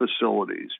facilities